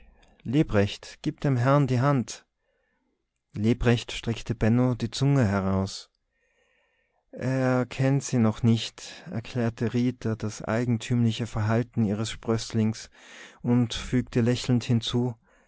lebrecht gib dem herrn die hand lebrecht streckte benno die zunge heraus er kennt sie noch nicht erklärte rita das eigentümliche verhalten ihres sprößlings und fügte lächelnd hinzu